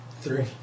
Three